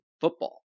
Football